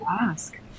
ask